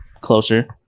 closer